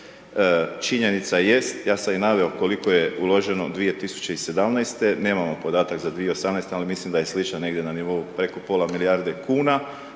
Činjenica jest, ja sam i naveo koliko je uloženo 2017., nemamo podatak za 2018., ali mislim da je slična negdje, na nivou preko pola milijarde kn,